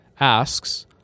asks